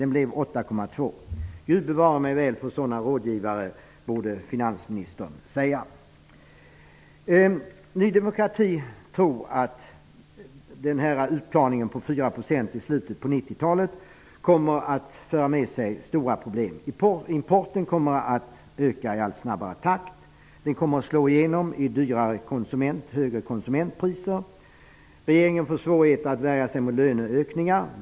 Den blev 8,2 %. Gud bevare mig väl för sådana rådgivare, borde finansministern säga. Ny demokrati tror att utplaningen av BNP kring 4 % i slutet av 90-talet kommer att föra med sig problem. Importen kommer att öka i allt snabbare takt. Den kommer att slå igenom i högre konsumentpriser. Regeringen kommer att få svårigheter att värja sig mot löneökningar.